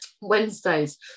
wednesdays